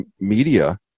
media